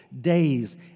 days